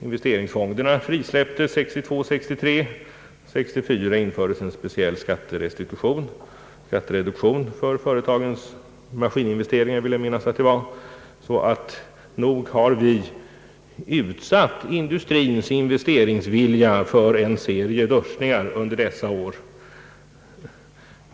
Investeringsfonderna frisläpptes 1962 och 1963 och år 1964 infördes en speciell skattereduktion för företagens maskininvesteringar. Nog har vi utsatt industrins investeringsvilja för en serie duschningar under dessa år.